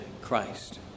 Christ